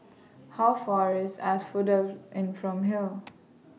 How Far away IS Asphodel Inn from here